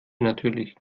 natürlich